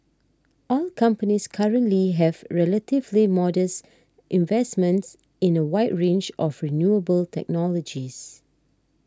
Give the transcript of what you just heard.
oil companies currently have relatively modest investments in a wide range of renewable technologies